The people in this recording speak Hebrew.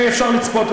הרי אפשר לצפות,